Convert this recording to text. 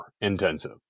intensive